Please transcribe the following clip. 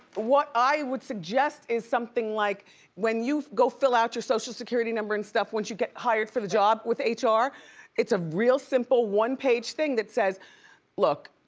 what i would suggest is something like when you go fill out your social security number and stuff once you get hired for the job with ah hr, it's a real simple one page thing that says look,